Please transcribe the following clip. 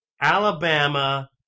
Alabama